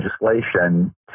legislation